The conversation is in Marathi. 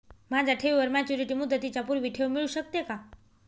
माझ्या ठेवीवर मॅच्युरिटी मुदतीच्या पूर्वी ठेव मिळू शकते का?